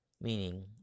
Meaning